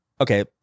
okay –